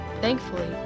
Thankfully